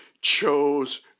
chose